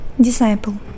Disciple